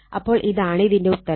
അപ്പോൾ ഇതാണ് ഇതിന്റെ ഉത്തരം